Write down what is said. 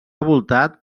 voltat